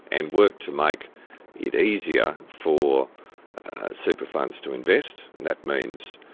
and work to make it easier for super funds to invest. and that means,